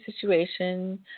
situation